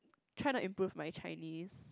try to improve my Chinese